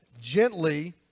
gently